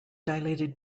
dilated